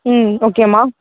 ம் ஓகே அம்மா